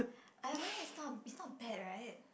I I mean it's not it's not bad right